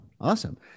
Awesome